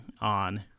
on